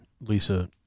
Lisa